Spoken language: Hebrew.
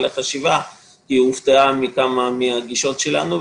לחשיבה כי היא הופתעה מכמה מהגישות שלנו,